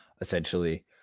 essentially